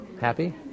happy